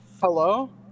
Hello